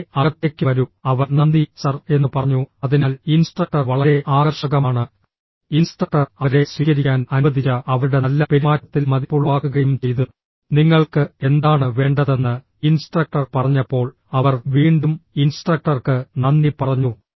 അതെ അകത്തേക്ക് വരൂ അവർ നന്ദി സർ എന്ന് പറഞ്ഞു അതിനാൽ ഇൻസ്ട്രക്ടർ വളരെ ആകർഷകമാണ് ഇൻസ്ട്രക്ടർ അവരെ സ്വീകരിക്കാൻ അനുവദിച്ച അവരുടെ നല്ല പെരുമാറ്റത്തിൽ മതിപ്പുളവാക്കുകയും ചെയ്തു നിങ്ങൾക്ക് എന്താണ് വേണ്ടതെന്ന് ഇൻസ്ട്രക്ടർ പറഞ്ഞപ്പോൾ അവർ വീണ്ടും ഇൻസ്ട്രക്ടർക്ക് നന്ദി പറഞ്ഞു